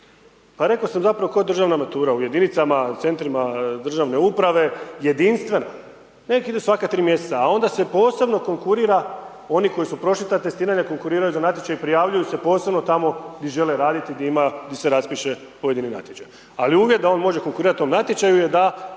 pa reko sam zapravo ko državna matura u jedinicama, centrima državne uprave, jedinstvena, nek idu svaka tri mjeseca, a onda se posebno konkurira, oni koji su prošli ta testiranja, konkuriraju za natječaj, prijavljuju se posebno tamo gdje žele raditi, gdje ima, gdje se raspiše pojedini natječaj. Ali uvjet da on može konkurirati tome natječaju je da